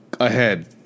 ahead